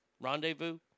Rendezvous